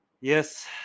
yes